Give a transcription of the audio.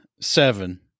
seven